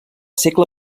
segle